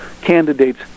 candidates